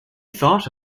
thought